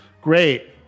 Great